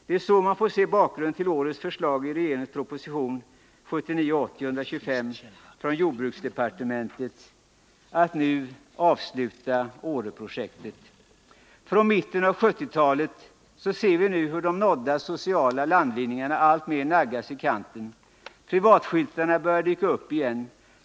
Det är så man får se bakgrunden till årets förslag i regeringens proposition 1979/80:125 från jordbruksdepartementet att nu avsluta Åreprojektet. Från mitten av 1970-talet har vi sett hur de nådda sociala landvinningarna alltmer naggats i kanten. Privatskyltarna börjar dyka upp igen.